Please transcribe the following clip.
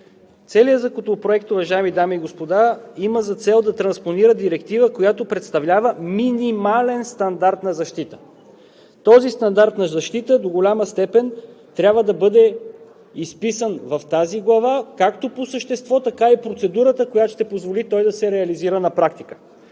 Целият законопроект, уважаеми дами и господа, има за цел да транспонира Директива, която представлява минимален стандарт на защита. Този стандарт на защита до голяма степен трябва да бъде изписан в тази глава по същество, а също така и процедурата, която ще позволи той да се реализира на практика.